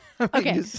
okay